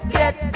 get